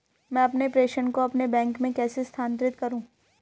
मैं अपने प्रेषण को अपने बैंक में कैसे स्थानांतरित करूँ?